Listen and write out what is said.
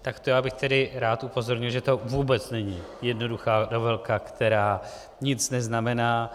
Tak to já bych tedy rád upozornil, že to vůbec není jednoduchá novelka, která nic neznamená.